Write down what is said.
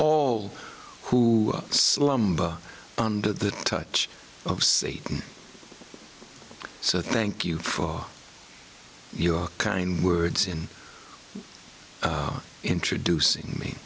all who slumber under the touch of satan so thank you for your kind words in introducing me